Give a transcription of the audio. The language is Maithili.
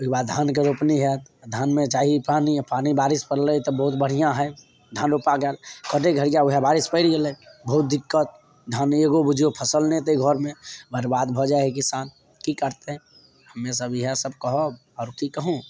ओहिके बाद धानके रोपनी होयत धानमे चाही पानि आ पानि बारिस पड़लै तऽ बहुत बढ़िऑं हइ धान रोपा गेल कटयके घरिया वएह बारिस परि गेलै बहुत दिक्कत धानमे एगो बुझियौ फसल नहि एतै घरमे बर्बाद भऽ जाइ हइ किसान की कटतै हम्मे सब इएह सब कहब आओर की कहू